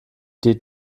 die